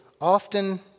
often